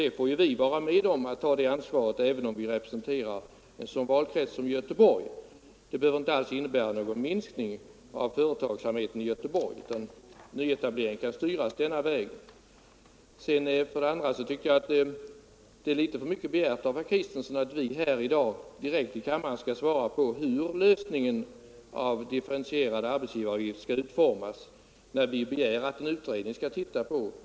Det får vi vara med och ta ansvaret för, även om vi representerar 23 oktober 1974 en sådan valkrets som Göteborg. Det behöver inte alls innebära någon minsk ning av företagsamheten i Göteborg, utan nyetablering kan styras den här Regionalpolitiska vägen. åtgärder vid Vidare tycker jag att det är för mycket begärt av herr Kristenson att beskattningen, kräva att vi här i dag direkt skall kunna svara på hur frågan om den diffe = m.m. rentierade arbetsgivaravgiften skall lösas när vi hemställer att en utredning skall titta på just detta.